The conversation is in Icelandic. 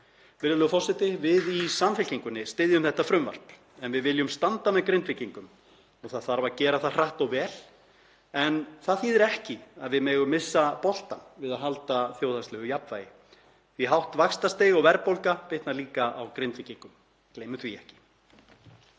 Virðulegur forseti. Við í Samfylkingunni styðjum þetta frumvarp. Við viljum standa með Grindvíkingum og það þarf að gera það hratt og vel. En það þýðir ekki að við megum missa boltann við að halda þjóðhagslegu jafnvægi því hátt vaxtastig og verðbólga bitnar líka á Grindvíkingum, gleymum því ekki.